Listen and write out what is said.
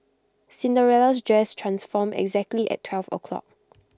Cinderella's dress transformed exactly at twelve o' clock